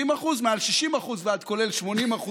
20%; מעל 60% ועד 80%,